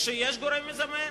כשיש גורם מזמן,